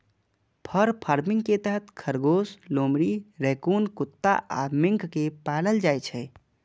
फर farming के तहत खरगोश, लोमड़ी, रैकून कुत्ता आ मिंक कें पालल जाइ छै